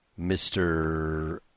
Mr